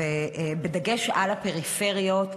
בדגש על הפריפריות,